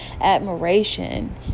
admiration